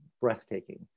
breathtaking